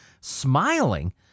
smiling